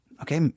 okay